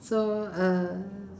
so uh